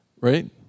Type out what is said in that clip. right